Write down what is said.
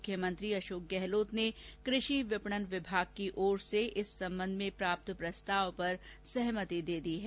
मुख्यमंत्री अशोक गहलोत ने कृषि विपणन विभाग की ओर से इस संबंध में प्राप्त प्रस्ताव पर सहमति दे दी है